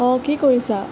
অঁ কি কৰিছা